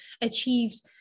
achieved